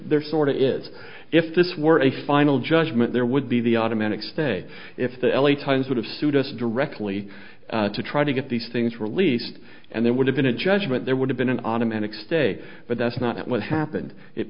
there sort of is if this were a final judgment there would be the automatic stay if the l a times would have sued us directly to try to get these things released and there would have been a judgment there would have been an automatic stay but that's not what happened it